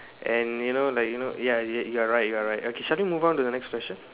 and you know like you know ya you you are right you are right okay shall we move on to the next question